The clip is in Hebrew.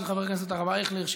של חבר הכנסת הרב אייכלר,